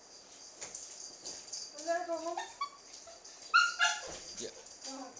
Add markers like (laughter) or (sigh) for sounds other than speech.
(noise)